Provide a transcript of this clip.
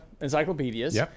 encyclopedias